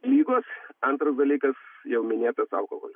ligos antras dalykas jau minėtas alkoholis